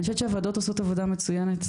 אני חושבת שהוועדות עושות עבודה מצוינת,